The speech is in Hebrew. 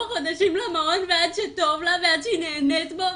חודשים למעון ועד שטוב לה ועד שהיא נהנית בו,